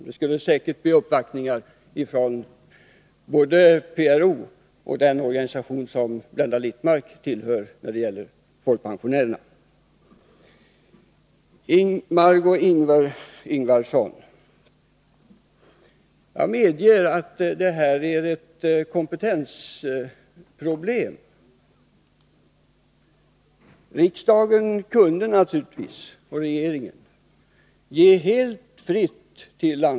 Vi skulle säkert få uppvaktningar från både PRO och den organisation som Blenda Littmarck tillhör. Till Margé Ingvardsson: Jag medger att det här är ett kompetensproblem. Riksdagen och regeringen kunde naturligtvis låta landstingen få fritt fram.